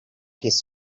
his